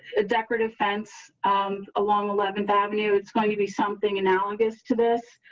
a decorative fence along eleventh avenue, it's going to be something analogous to this.